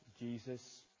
Jesus